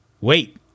Wait